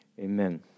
Amen